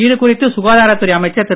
இது குறித்து சுகாதாரத் துறை அமைச்சர் திரு